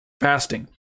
fasting